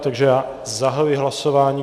Takže já zahajuji hlasování.